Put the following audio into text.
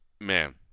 Man